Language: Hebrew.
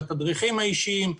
בתדריכים האישיים,